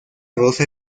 rosa